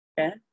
Okay